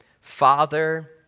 father